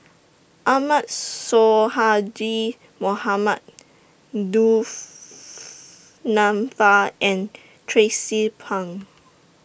Ahmad Sonhadji Mohamad Du Nanfa and Tracie Pang